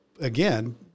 again